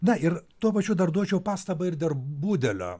na ir tuo pačiu dar duočiau pastabą ir dar budelio